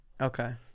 Okay